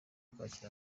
kwakira